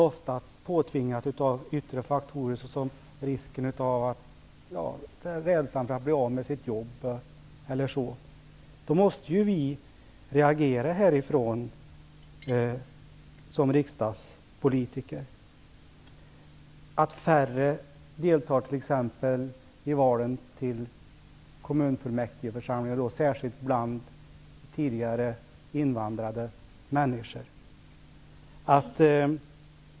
Denna begränsning kan kanske ibland vara självpåtaget men ofta är det påtvingat av yttre faktorer såsom rädslan för att bli av med jobbet. Färre människor deltar t.ex. i valen till kommunfullmäktigeförsamlingar. Det gäller särskilt tidigare invandrade människor.